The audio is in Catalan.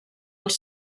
els